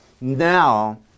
now